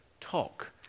talk